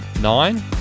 Nine